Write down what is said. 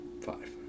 five